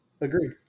Agreed